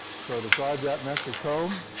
so to drive that message home,